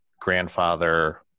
grandfather